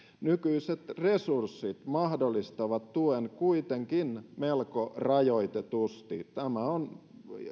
nykyiset resurssit mahdollistavat tuen kuitenkin melko rajoitetusti tämä on